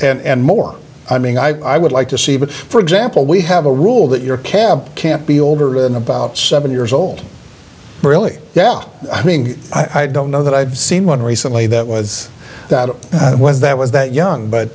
and more i mean i would like to see but for example we have a rule that your cab can't be older than about seven years old really down i mean i don't know that i've seen one recently that was that was that was that young but